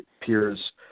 peers